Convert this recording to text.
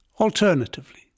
Alternatively